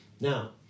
Now